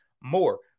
more